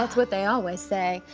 ah what they always say.